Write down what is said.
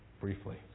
briefly